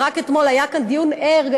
ורק אתמול היה כאן דיון ער,